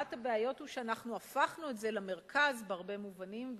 אחת הבעיות היא שאנחנו הפכנו את זה למרכז בהרבה מובנים,